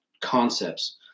concepts